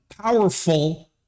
powerful